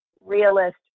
realist